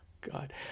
god